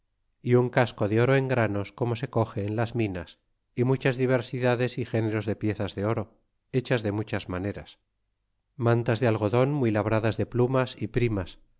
y un casco de oro en granos cómo se coge en las minas y muchas diversidades y géneros de piezas de oro hechas de muchas maneras mantas de algodon muy labradas de plumas y primas